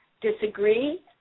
disagree